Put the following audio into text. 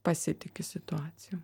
pasitiki situacijom